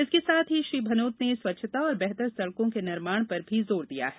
इसके साथ ही श्री भनोत ने स्वच्छता और बेहतर सड़कों के निर्माण पर भी जोर दिया है